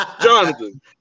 Jonathan